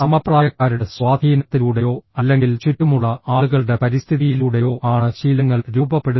സമപ്രായക്കാരുടെ സ്വാധീനത്തിലൂടെയോ അല്ലെങ്കിൽ ചുറ്റുമുള്ള ആളുകളുടെ പരിസ്ഥിതിയിലൂടെയോ ആണ് ശീലങ്ങൾ രൂപപ്പെടുന്നത്